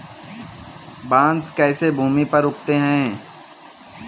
बांस कैसे भूमि पर उगते हैं?